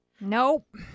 Nope